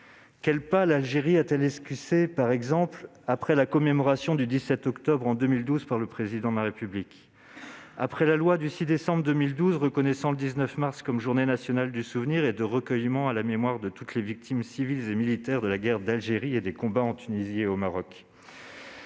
Quels pas l'Algérie a-t-elle esquissé après la commémoration du 17 octobre présidée en 2012 par le président Hollande ? Après la loi du 6 décembre 2012 relative à la reconnaissance du 19 mars comme journée nationale du souvenir et de recueillement à la mémoire des victimes civiles et militaires de la guerre d'Algérie et des combats en Tunisie et au Maroc ?